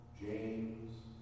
James